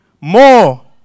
more